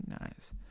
nice